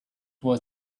was